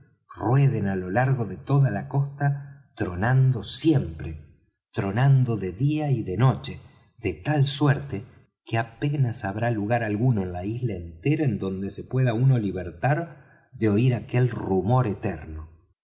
rueden á lo largo de toda la costa tronando siempre tronando de día y de noche de tal suerte que apenas habrá lugar alguno en la isla entera en donde se pueda uno libertar de oir aquel rumor eterno